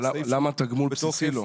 למה תגמול בסיסי לא?